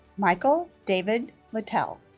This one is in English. michael david littell